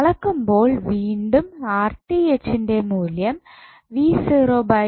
അളക്കുമ്പോൾ വീണ്ടും ൻ്റെ മൂല്യം ആയിട്ട് കിട്ടും